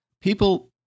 People